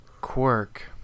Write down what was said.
Quirk